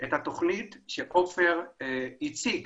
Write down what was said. את התכנית שעופר הציג